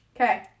Okay